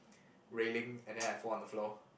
railing and then I fall on the floor